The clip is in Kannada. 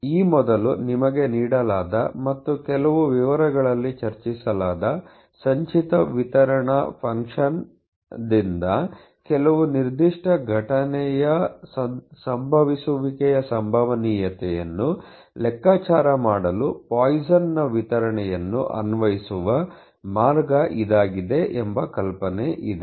ಈ ಮೊದಲು ನಿಮಗೆ ನೀಡಲಾದ ಮತ್ತು ಕೆಲವು ವಿವರಗಳಲ್ಲಿ ಚರ್ಚಿಸಲಾದ ಸಂಚಿತ ವಿತರಣಾ ಫಂಕ್ಷನ್ ದಿಂದ ಕೆಲವು ನಿರ್ದಿಷ್ಟ ಘಟನೆಯ ಸಂಭವಿಸುವಿಕೆಯ ಸಂಭವನೀಯತೆಯನ್ನು ಲೆಕ್ಕಾಚಾರ ಮಾಡಲು ಪಾಯ್ಸನ್ನ ವಿತರಣೆಯನ್ನು ಅನ್ವಯಿಸುವ ಮಾರ್ಗ ಇದಾಗಿದೆ ಎಂಬ ಕಲ್ಪನೆ ಇದೆ